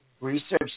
research